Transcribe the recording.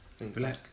Black